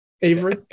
Avery